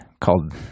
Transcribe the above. called